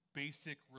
basic